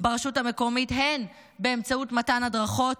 ברשות המקומית באמצעות מתן הדרכות,